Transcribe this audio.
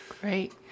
Great